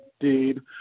indeed